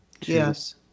yes